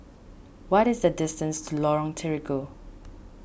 what is the distance to Lorong Terigu